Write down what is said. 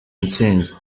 ntsinzi